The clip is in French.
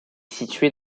située